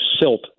silt